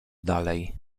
dalej